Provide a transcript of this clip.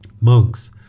Monks